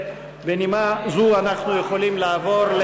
ובנימה זו אנחנו יכולים לעבור,